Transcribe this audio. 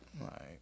Right